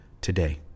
today